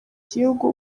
gihugu